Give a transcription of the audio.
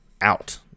out